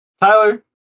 Tyler